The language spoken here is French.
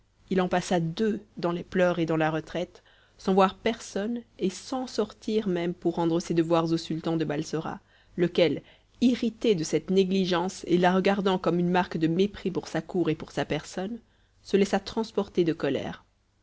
il en passa deux dans les pleurs et dans la retraite sans voir personne et sans sortir même pour rendre ses devoirs au sultan de balsora lequel irrité de cette négligence et la regardant comme une marque de mépris pour sa cour et pour sa personne se laissa transporter de colère